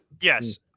yes